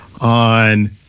on